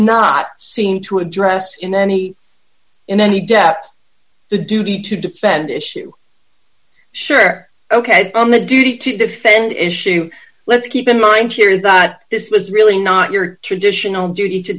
not seem to address in any in any depth the duty to defend issue sure ok on the duty to defend issue let's keep in mind here that this was really not your traditional duty to